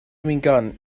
begun